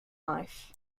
life